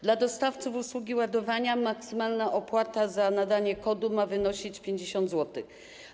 Dla dostawców usługi ładowania maksymalna opłata za nadanie kodu ma wynosić 50 zł.